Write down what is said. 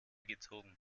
gezogen